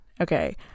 okay